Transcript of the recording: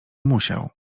musiał